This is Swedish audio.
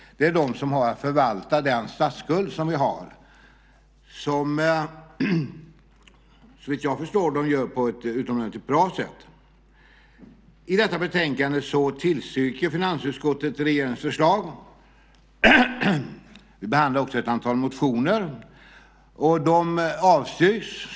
Det är de som har att förvalta den statsskuld som vi har, vilket de, såvitt jag förstår, gör på ett utomordentligt bra sätt. I detta betänkande tillstyrker finansutskottet regeringens förslag. Vi behandlar också ett antal motioner, och samtliga avstyrks.